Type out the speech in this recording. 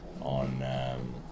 on